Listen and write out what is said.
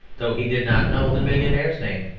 though he did not know the millionaire's name.